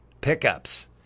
pickups